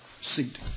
seat